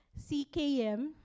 CKM